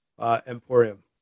emporium